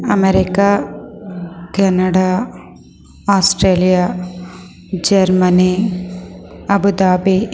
America Canada Australia Germany Abu Dhabi